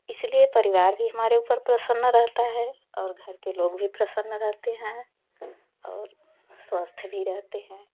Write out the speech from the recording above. इसलिए परिवार भी हमारे ऊपर प्रसन्न रहता है और घर के लोग भी प्रसन्न रहते हैं और स्वस्थ भी रहते हैं